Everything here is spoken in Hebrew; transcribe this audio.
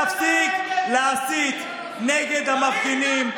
תפסיק להסית נגד המפגינים.